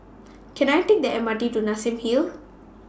Can I Take The M R T to Nassim Hill